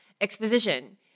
exposition